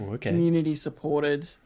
community-supported